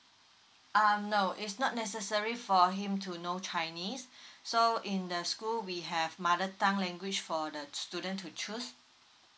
um no it's not necessary for him to know chinese so in the school we have mother tongue language for the student to choose